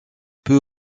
peut